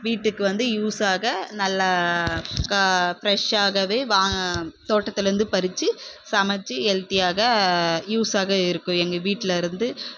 வீட்டுக்கு வந்து யூஸ்ஸாக நல்லா கா பிரெஷ்ஷாகவே வா தோட்டத்தில் இருந்து பறிச்சு சமைச்சு ஹெல்த்தியாக யூஸ்ஸாக இருக்கும் எங்கள் வீட்டில இருந்து